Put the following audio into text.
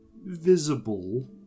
visible